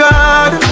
God